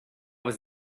was